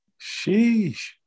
Sheesh